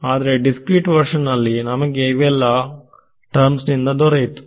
ಆದರೆ discrete version ನಲ್ಲಿ ನಮಗೆ ಇವೆಲ್ಲಾ ಟರ್ಮ್ಸ್ ದೊರೆಯಿತು